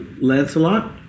Lancelot